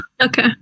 Okay